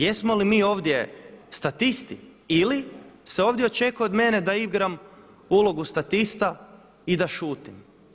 Jesmo li mi ovdje statisti ili se ovdje očekuje od mene da igram ulogu statista i da šutim?